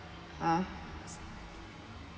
ah